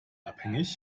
abhängig